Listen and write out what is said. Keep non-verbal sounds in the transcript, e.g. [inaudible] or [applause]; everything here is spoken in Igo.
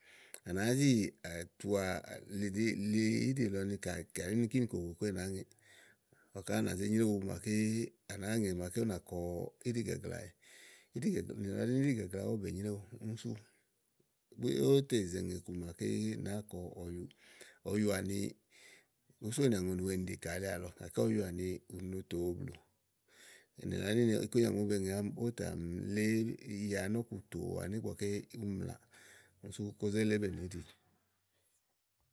à nàáá zi àtuà li ɖìli íɖì íɖìlɔ ni ka kayi ka ɖí kínì kòkòkò é nàá ŋeè. ɔwɔ ká nà zé nyréwu màa à nàáa ŋè màaké ú nà kɔ íɖìgaglawɛ. íɖìga nìlɔ ɖí íɖìgagla ówò bèe nyréwu kíni súówò bue ówò tè ze ŋè iku màaké nàáa kɔ ɔyu àni ùú sonìà ùŋonì weè nìɖìkà lèe àlɔ gàké ɔyu àni ù no tòo blù nìlɔ ɖí ni ikúnyà màa ké ówó bèé ŋe àámi ówó tà mi ya nɔ̀ku tòo ani ígbɔké úni mla sú kó zé lébènì íɖì. [noise]